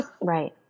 Right